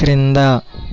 క్రింద